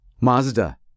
Mazda